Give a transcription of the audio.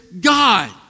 God